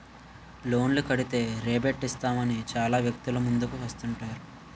లోన్లు కడితే రేబేట్ ఇస్తామని చాలా వ్యక్తులు ముందుకు వస్తుంటారు